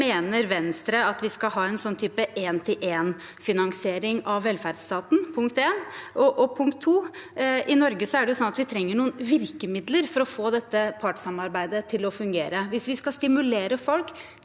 Mener Venstre at vi skal ha en én-til-én-finansiering av velferdsstaten? Punkt to: I Norge er det sånn at vi trenger noen virkemidler for å få dette partssamarbeidet til å fungere. Hvis vi skal stimulere folk